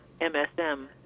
msm